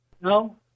No